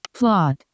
Plot